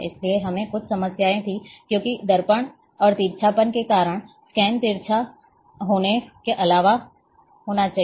इसलिए हमें कुछ समस्याएं थीं क्योंकि दर्पण और तिरछापन के कारण स्कैन तिरछा तिरछा होने के अलावा होना चाहिए